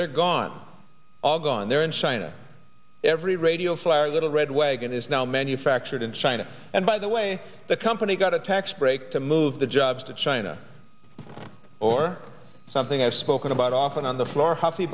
they're gone on there in china every radio flyer little red wagon is now manufactured in china and by the way the company got a tax break to move the jobs to china or something i've spoken about often on the floor h